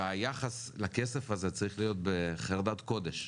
והיחס לכסף הזה צריך להיות בחרדת קודש,